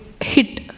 hit